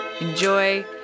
enjoy